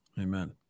Amen